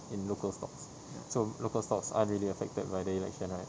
in local stocks so local stocks aren't really affected by the election right